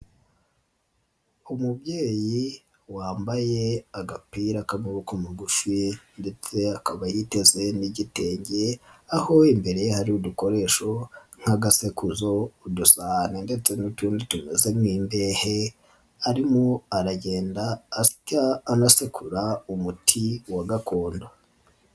Umubyeyi wambaye agapira k'amaboko magufi ndetse akaba yiteze n'igitenge aho imbere ye hari udukoresho nk'agasekuzo, udusahani ndetse n'utundi tumeze nk'imbehe arimo aragenda asya anasekura umuti wa gakondo.